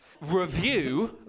Review